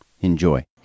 Enjoy